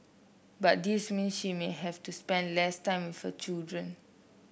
but this means she may have to spend less time with her children